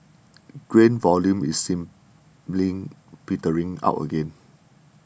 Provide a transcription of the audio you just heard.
grain volume is seemingly petering out again